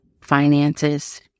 finances